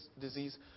disease